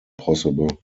possible